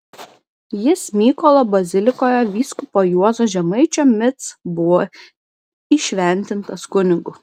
jis mykolo bazilikoje vyskupo juozo žemaičio mic buvo įšventintas kunigu